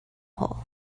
hole